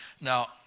Now